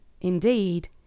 Indeed